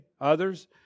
others